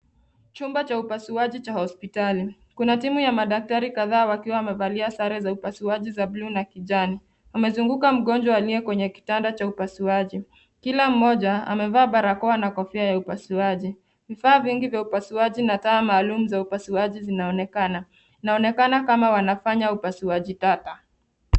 Chumba cha upasuaji cha hospitali . Kuna timu ya madaktari kadhaa wakiwa wamevalia sare za upasuaji za bluu na kijani . Wamezunguka mgonjwa aliye kwenye kitanda cha upasuaji. Kila mmoja amevaa barakoa na kofia ya upasuaji. Vifaa vingi vya upasuaji na taa maalum za upasuaji zinaonekana. Inaonekana kama wanafanya upasuaji tata.